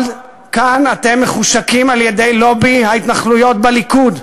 אבל כאן אתם מחושקים על-ידי לובי ההתנחלויות בליכוד.